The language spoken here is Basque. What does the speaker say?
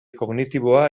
kognitiboa